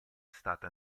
stato